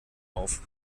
auf